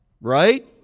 right